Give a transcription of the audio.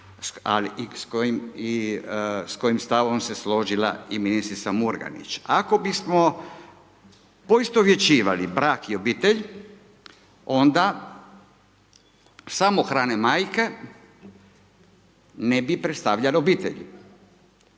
i s kojim stavom se složila i ministrica Murganić. Ako bismo poistovjećivali brak i obitelj onda samohrane majke ne bi predstavljale obitelj,